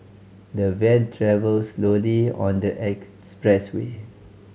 the van travelled slowly on the expressway